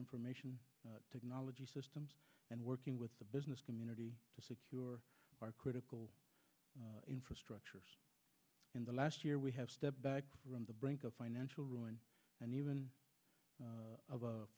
information technology systems and working with the business community to secure our critical infrastructures in the last year we have stepped back from the brink of financial ruin and even